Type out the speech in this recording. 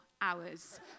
hours